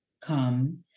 come